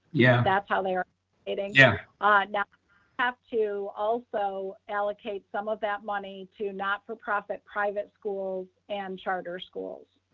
yeah that's how they are allocating. and yeah ah now have to also allocate some of that money to not for profit, private schools and charter schools.